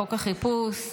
חוק החיפוש.